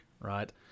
right